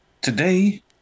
Today